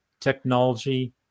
technology